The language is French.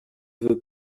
veux